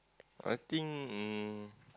I think um